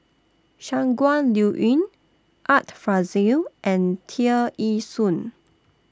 Shangguan Liuyun Art Fazil and Tear Ee Soon